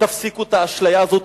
תפסיקו את האשליה הזאת,